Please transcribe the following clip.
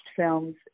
films